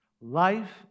Life